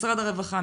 משרד הרווחה,